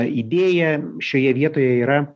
idėja šioje vietoje yra